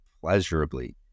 pleasurably